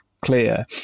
clear